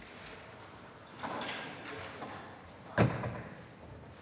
Tak